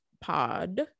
pod